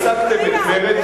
השגתם את מרצ,